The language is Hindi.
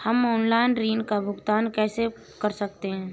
हम ऑनलाइन ऋण का भुगतान कैसे कर सकते हैं?